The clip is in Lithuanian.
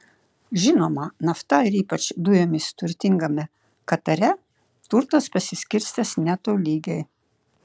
žinoma nafta ir ypač dujomis turtingame katare turtas pasiskirstęs netolygiai